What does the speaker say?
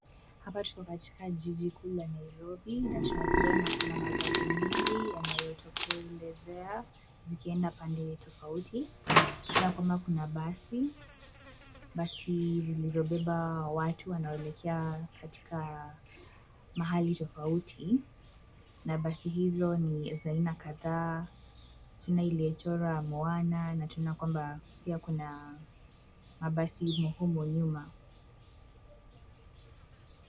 Hapa tuko katika jiji kuu la Nairobi na tunavyoona, kuna magari mengi yanayotokelezea, zikienda pande tofauti. Tunaona kwamba, kuna basi, basi zilizobeba watu wanaoelekea katika mahali tofauti. Na basi hizo ni za aina kadhaa; tunaona iliyochorwa mwana na tunaona kwamba pia kuna mabasi humu nyuma.